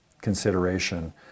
consideration